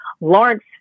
Lawrence